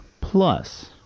Plus